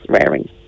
rearing